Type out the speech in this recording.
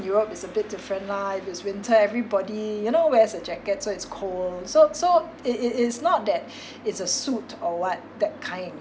Europe is a bit different lah it's winter everybody you know wears a jackets so it's cold so so it it is not that it's a suit or what that kind